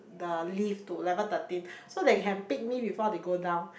the lift to level thirteen so they can pick me before they go down